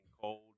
cold